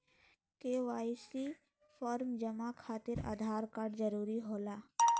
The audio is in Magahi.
के.वाई.सी फॉर्म जमा खातिर आधार कार्ड जरूरी होला?